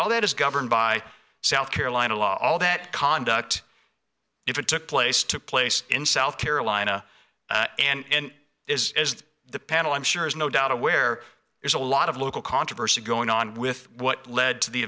all that is governed by south carolina law all that conduct if it took place took place in south carolina and is as the panel i'm sure is no doubt aware there's a lot of local controversy going on with what led to the